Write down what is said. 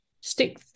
stick